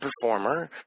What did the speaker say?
performer